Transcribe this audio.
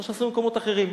כמו שעשו במקומות אחרים.